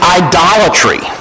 idolatry